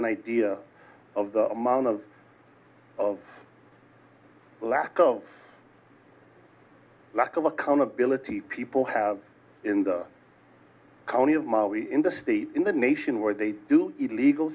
an idea of the amount of of the lack of lack of accountability people have in the county of maui in the state in the nation where they do illegal